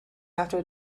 after